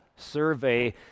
survey